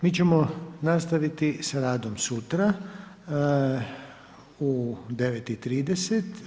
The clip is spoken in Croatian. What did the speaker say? Mi ćemo nastaviti sa radom sutra u 9,30.